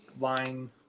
line